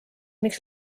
miks